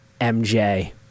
MJ